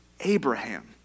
Abraham